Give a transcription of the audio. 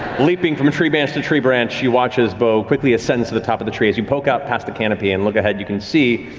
leaping from tree branch to tree branch, you watch as beau quickly ascends to the top of the tree. as you poke out past the canopy and look ahead, you can see